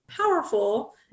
powerful